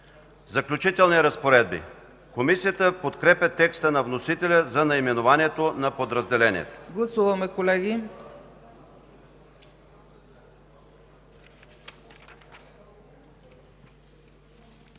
„Заключителни разпоредби”. Комисията подкрепя текста на вносителя за наименованието на подразделението. ПРЕДСЕДАТЕЛ